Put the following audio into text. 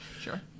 Sure